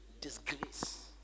disgrace